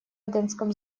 аденском